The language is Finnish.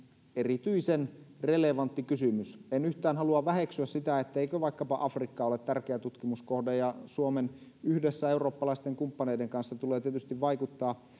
erityisen relevantti kysymys en yhtään halua väheksyä sitä etteikö vaikkapa afrikka ole tärkeä tutkimuskohde ja suomen yhdessä eurooppalaisten kumppaneiden kanssa tulee tietysti vaikuttaa